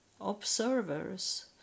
observers